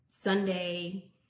Sunday